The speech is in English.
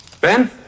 Ben